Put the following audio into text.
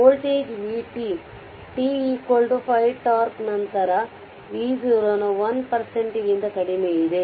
voltage vt t 5τ ನಂತರ v0 ನ 1 ಗಿಂತ ಕಡಿಮೆಯಿದೆ